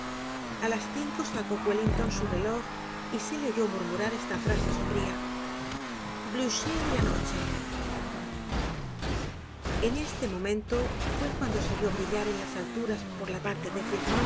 a las cinco sacó wellington su relój y se le oyó murmurar esta frase sombría blucher ó la noche en este momento fue cuando se vió brillar en las alturas por la parte de